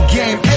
game